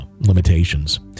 limitations